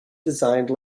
designed